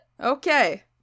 Okay